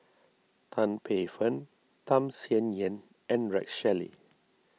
Tan Paey Fern Tham Sien Yen and Rex Shelley